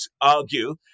argue